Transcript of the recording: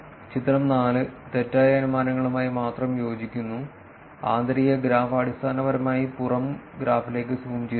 ചിത്രം 4 തെറ്റായ അനുമാനങ്ങളുമായി മാത്രം യോജിക്കുന്നു ആന്തരിക ഗ്രാഫ് അടിസ്ഥാനപരമായി പുറം ഗ്രാഫിലേക്ക് സൂം ചെയ്തിരിക്കുന്നു